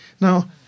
Now